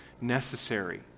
necessary